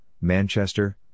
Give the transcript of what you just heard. Manchester